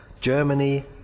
Germany